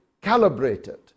calibrated